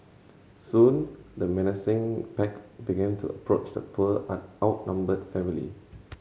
soon the menacing pack began to approach the poor an outnumbered family